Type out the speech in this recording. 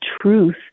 truth